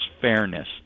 fairness